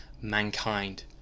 mankind